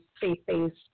faith-based